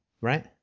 right